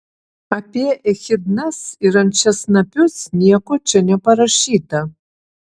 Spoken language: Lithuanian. apie echidnas ir ančiasnapius nieko čia neparašyta